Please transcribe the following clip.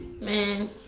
man